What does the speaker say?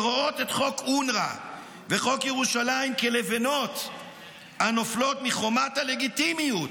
שרואות את חוק אונר"א וחוק ירושלים כלבנות הנופלות מחומת הלגיטימיות